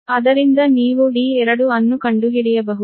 ಅದರಿಂದ ನೀವು d2 ಅನ್ನು ಕಂಡುಹಿಡಿಯಬಹುದು